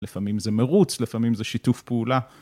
לפעמים זה מרוץ, לפעמים זה שיתוף פעולה.